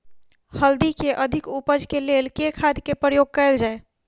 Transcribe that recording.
हल्दी केँ अधिक उपज केँ लेल केँ खाद केँ प्रयोग कैल जाय?